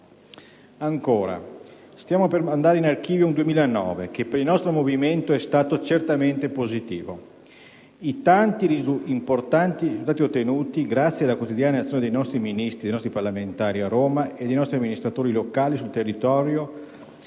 forza. Stiamo per mandare in archivio un 2009 che per il nostro movimento è stato certamente positivo. I tanti importanti risultati ottenuti grazie alla quotidiana azione dei nostri Ministri, dei nostri parlamentari a Roma e dei nostri amministratori locali sul territorio